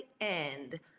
end